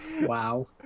Wow